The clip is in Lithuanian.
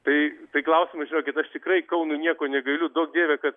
tai tai klausimas žinokit aš tikrai kaunui nieko negailiu duok dieve kad